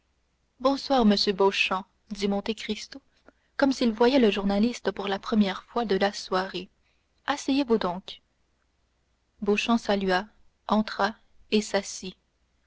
bonsoir monsieur beauchamp dit monte cristo comme s'il voyait le journaliste pour la première fois de la soirée asseyez-vous donc beauchamp salua entra et s'assit